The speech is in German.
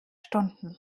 stunden